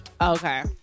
Okay